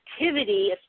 activity